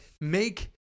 make